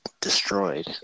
destroyed